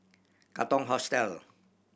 Katong Hostel